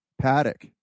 paddock